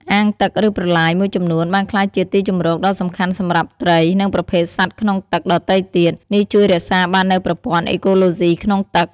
អាងទឹក ឬប្រឡាយមួយចំនួនបានក្លាយជាទីជម្រកដ៏សំខាន់សម្រាប់ត្រី និងប្រភេទសត្វក្នុងទឹកដទៃទៀត នេះជួយរក្សាបាននូវប្រព័ន្ធអេកូឡូស៊ីក្នុងទឹក។